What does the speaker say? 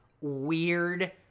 weird